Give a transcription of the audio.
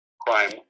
crime